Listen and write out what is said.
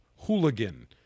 hooligan